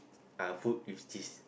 ah food with cheese